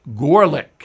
Gorlick